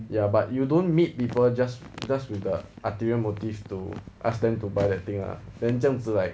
ya but you don't meet people just just with the ulterior motive to ask them to buy that thing lah then 这样子 like